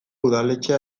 udaletxea